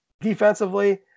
defensively –